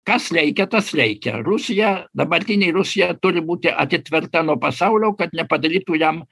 kas reikia tas reikia rusija dabartinė rusija turi būti atitverta nuo pasaulio kad nepadarytų jam